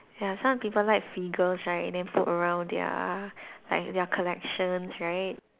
ya some people like figures right then put around their like their collections right